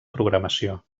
programació